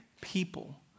people